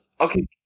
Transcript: okay